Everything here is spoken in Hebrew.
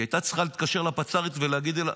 היא הייתה צריכה להתקשר לפצ"רית ולהגיד לה: